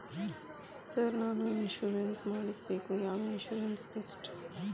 Sir ನಾನು insurance ಮಾಡಿಸಬೇಕು ಯಾವ ಇನ್ಶೂರೆನ್ಸ್ ಬೆಸ್ಟ್ರಿ?